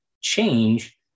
change